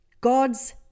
God's